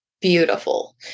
beautiful